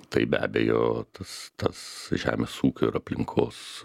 tai be abejo tas tas žemės ūkio ir aplinkos